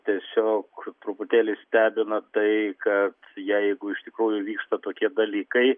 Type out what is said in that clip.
tiesiog truputėlį stebina tai kad jeigu iš tikrųjų vyksta tokie dalykai